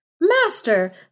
master